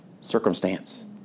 circumstance